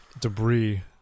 debris